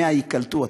100 ייקלטו,